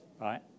right